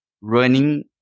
running